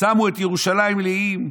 "שמו את ירושלם לעיים.